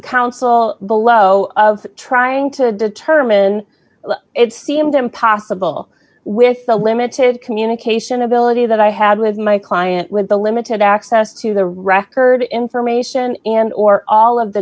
counsel below of trying to determine it seemed impossible with the limited communication ability that i had with my client with the limited access to the record information and or all of the